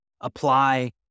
apply